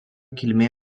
kilmė